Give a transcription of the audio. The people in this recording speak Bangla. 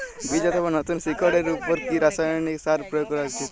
বীজ অথবা নতুন শিকড় এর উপর কি রাসায়ানিক সার প্রয়োগ করা উচিৎ?